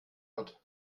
hat